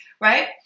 right